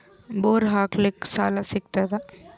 Bore ಹಾಕಲಿಕ್ಕ ಸಾಲ ಸಿಗತದ?